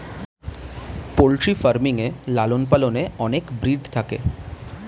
poultry farming এ লালন পালনে অনেক ব্রিড থাকে